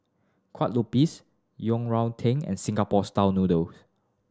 Kueh Lopes Yang Rou Tang and Singapore style noodle